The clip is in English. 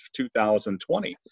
2020